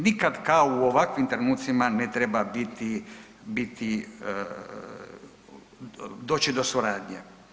Nikad kao u ovakvim trenucima ne treba biti, doći do suradnje.